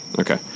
Okay